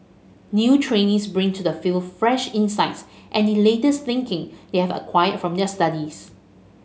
new trainees bring to the field fresh insights and the latest thinking they have acquired from their studies